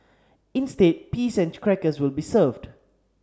instead peas and crackers will be served